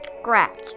scratch